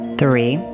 three